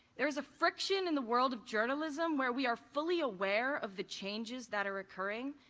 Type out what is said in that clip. there's a friction in the world of journalism where we are fully aware of the changes that are occurring,